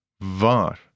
VAR